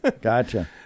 Gotcha